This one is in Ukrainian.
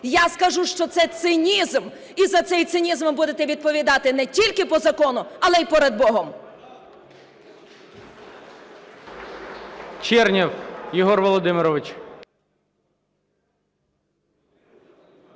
Я скажу, що це цинізм, і за цей цинізм ви будете відповідати не тільки по закону , але й перед Богом.